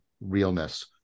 realness